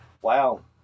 Wow